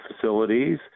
facilities